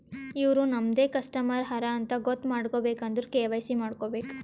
ಇವ್ರು ನಮ್ದೆ ಕಸ್ಟಮರ್ ಹರಾ ಅಂತ್ ಗೊತ್ತ ಮಾಡ್ಕೋಬೇಕ್ ಅಂದುರ್ ಕೆ.ವೈ.ಸಿ ಮಾಡ್ಕೋಬೇಕ್